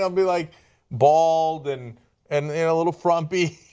um be like bald and and and a little frumpy.